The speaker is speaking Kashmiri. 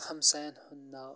ہَمسایَن ہنٛد ناو